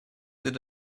did